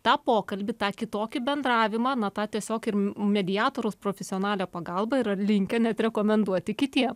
tą pokalbį tą kitokį bendravimą na tą tiesiog ir mediatoriaus profesionalią pagalbą yra linkę net rekomenduoti kitiem